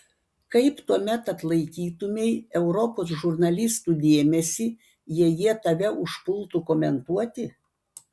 kaip tuomet atlaikytumei europos žurnalistų dėmesį jei jie tave užpultų komentuoti